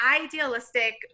idealistic